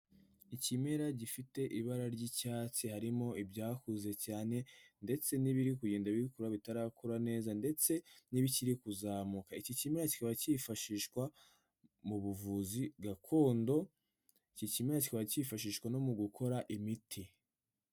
Ikimera gifite ibara ry'icyatsi, harimo ibyakuze cyane ndetse n'ibiri kugenda bikura bitarakura neza ndetse n'ibikiri kuzamuka, iki kimera kiba cyifashishwa mu buvuzi gakondo, iki kimera kiba cyifashishwa no mu gukora imiti.